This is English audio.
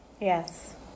Yes